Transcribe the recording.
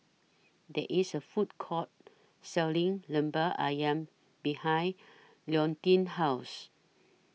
There IS A Food Court Selling Lemper Ayam behind Leontine's House